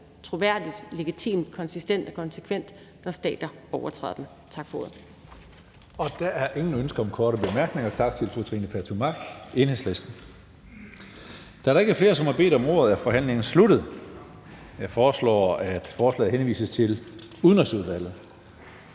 troværdigt, legitimt, konsistent og konsekvent, når stater overtræder den.